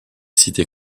cités